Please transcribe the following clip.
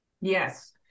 Yes